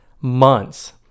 months